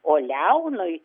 o leonui